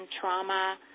trauma